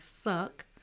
suck